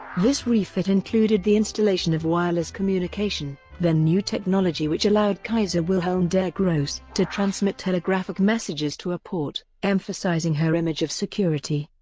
this refit included the installation of wireless communication, then new technology which allowed kaiser wilhelm der grosse to transmit telegraphic messages to a port, emphasising her image of security.